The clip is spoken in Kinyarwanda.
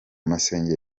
masengo